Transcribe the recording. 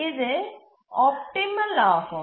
இது ஆப்டிமல் ஆகும்